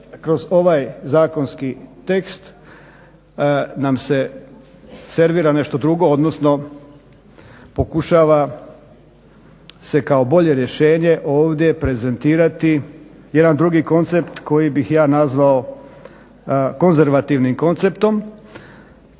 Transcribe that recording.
kroz ovaj zakonski tekst nam se servira nešto drugo odnosno pokušava se kao bolje rješenje ovdje prezentirati jedan drugi koncept koji bih ja nazvao konzervativnim konceptom